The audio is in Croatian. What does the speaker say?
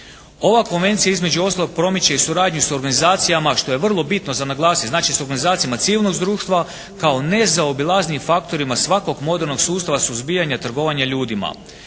Ova konvencija između ostalog promiče i suradnju sa organizacijama što je vrlo bitno za naglasiti. Znači s organizacijama civilnog društva kao nezaobilaznim faktorima svakog modernog sustava suzbijanja trgovanja ljudima.